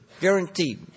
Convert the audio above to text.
guaranteed